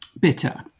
bitter